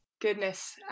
Goodness